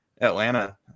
Atlanta